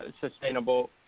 sustainable